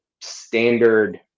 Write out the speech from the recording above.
standard